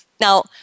Now